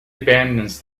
abandons